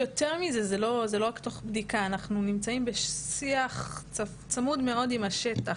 יותר מזה - זה לא רק תוך בדיקה: אנחנו נמצאים בשיח צמוד מאוד עם השטח.